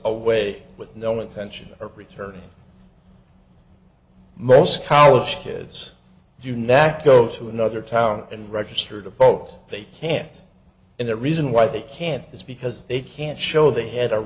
away with no intention of returning most college kids do not go to another town and register to vote they can't and the reason why they can't is because they can't show they h